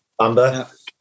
Bamba